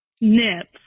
Nips